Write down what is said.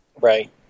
Right